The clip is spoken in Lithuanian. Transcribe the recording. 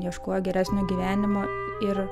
ieškojo geresnio gyvenimo ir